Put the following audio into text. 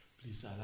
Please